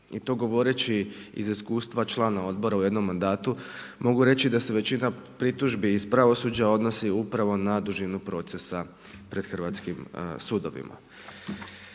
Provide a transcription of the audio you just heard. i to govoreći iz iskustva člana odbora u jednom mandatu mogu reći da se većina pritužbi iz pravosuđa odnosi upravo na dužinu procesa pred hrvatskim sudovima.